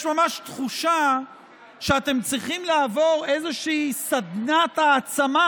יש ממש תחושה שאתם צריכים לעבור איזושהי סדנת העצמה